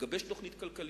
לגבש תוכנית כלכלית,